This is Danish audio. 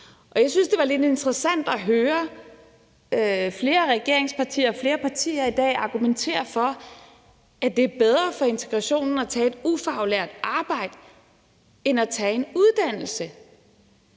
Jeg synes, det var lidt interessant at høre flere regeringspartier og flere partier i dag argumentere for, at det er bedre for integrationen at tage et ufaglært arbejde end at tage en uddannelse.